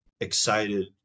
excited